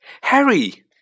Harry